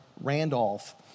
Randolph